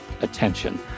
attention